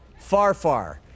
Farfar